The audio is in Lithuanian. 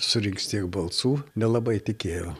surinks tiek balsų nelabai tikėjau